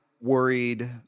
worried